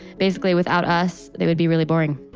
basically without us, they would be really boring,